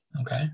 Okay